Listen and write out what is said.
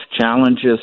challenges